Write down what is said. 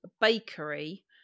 bakery